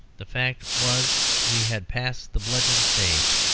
the fact was we had passed the bludgeon stage.